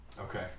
okay